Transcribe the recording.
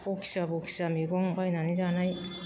बखिया बखिया मैगं बायनानै जानाय